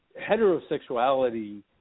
heterosexuality